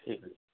ଠିକ ଅଛି